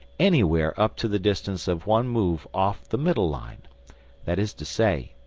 anywhere up to the distance of one move off the middle line that is to say,